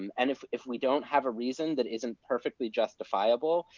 um and if if we don't have a reason that isn't perfectly justifiable,